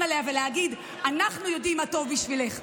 עליה ולהגיד: אנחנו יודעים מה טוב בשבילך.